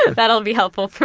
that'll be helpful for